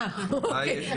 אוקיי.